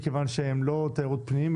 מכיוון שהם לא תיירות פנים,